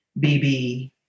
BB